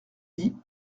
dit